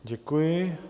Děkuji.